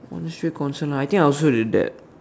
what the shit question lah I think I also did that